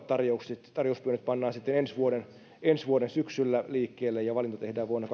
tarjoukset tarjouspyynnöt pannaan sitten ensi vuoden ensi vuoden syksyllä liikkeelle ja valinta tehdään vuonna